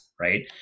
Right